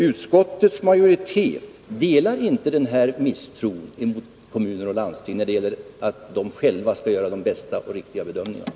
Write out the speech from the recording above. Utskottsmajoriteten delar inte misstron mot kommuner och landsting, utan anser att det är kommunerna och landstingen själva som gör de bästa bedömningarna.